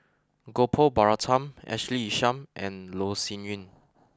Gopal Baratham Ashley Isham and Loh Sin Yun